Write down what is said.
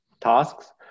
tasks